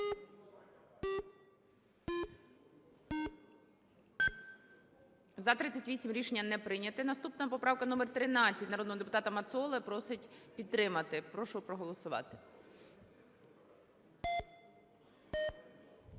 За-38 Рішення не прийнято. Наступна поправка - номер 13 народного депутата Мацоли. Просить підтримати. Прошу проголосувати.